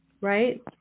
Right